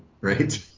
Right